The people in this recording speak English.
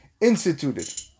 instituted